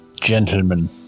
gentlemen